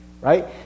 right